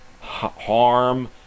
harm